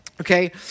Okay